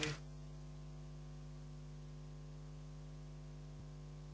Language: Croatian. Hvala vam